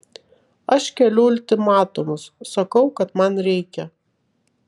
aš keliu ultimatumus sakau kad man reikia